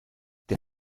der